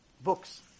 books